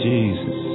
Jesus